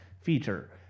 feature